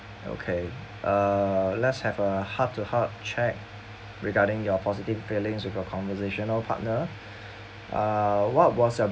okay uh let's have a heart to heart chat regarding your positive feelings with your conversational partner uh what was